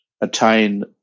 attain